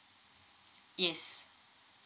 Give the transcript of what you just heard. yes